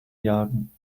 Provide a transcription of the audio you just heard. jagen